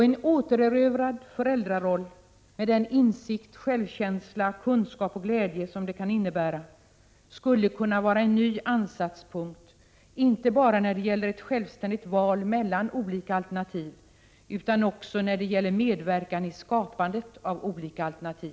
En återerövrad föräldraroll med den insikt, självkänsla, kunskap och glädje som det kan innebära, skulle kunna vara en ny ansatspunkt inte bara när det gäller att självständigt välja mellan olika alternativ, utan också när det gäller medverkan i skapandet av olika alternativ.